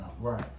Right